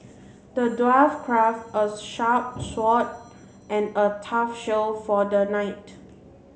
the dwarf craft a sharp sword and a tough shield for the knight